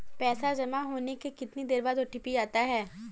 पैसा जमा होने के कितनी देर बाद ओ.टी.पी आता है?